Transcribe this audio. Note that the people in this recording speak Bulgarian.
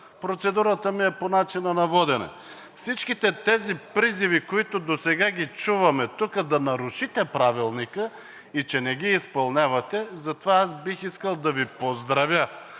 процедурата ми е по начина на водене. Всичките тези призиви, които досега ги чуваме тук да нарушите Правилника и че не ги изпълнявате, затова аз бих искал да Ви поздравя.